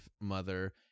mother